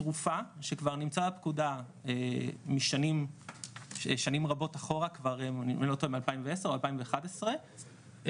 תרופה שכבר נמצא שנים רבות אחורה אם אני לא טועה מ- 2010 או 2011 ופשוט